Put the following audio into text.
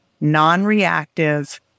non-reactive